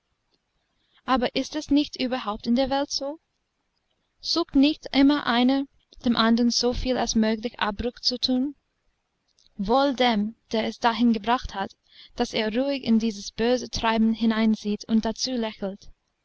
aber ist es nicht überhaupt in der welt so sucht nicht immer einer dem andern so viel als möglich abbruch zu tun wohl dem der es dahin gebracht hat daß er ruhig in dieses böse treiben hineinsieht und dazu lächelt